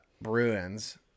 Bruins